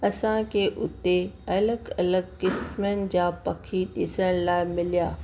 असांखे उते अलॻि अलॻि क़िस्मनि जा पखी ॾिसण लाइ मिलिया